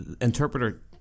interpreter